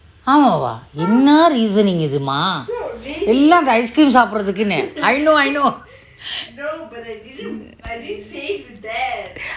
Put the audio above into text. ஆமாவா என்னா:aamavaa enna reasoning இது:ithu mah எல்லாம் அந்த:ellamm antha ice cream சாப்பறதுக்கு னு:saaparathuku nu I know I know